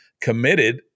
committed